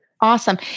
Awesome